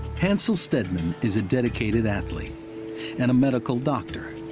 hansell stedman is a dedicated athlete and a medical doctor.